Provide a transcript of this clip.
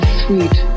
sweet